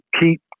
Keep